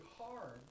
hard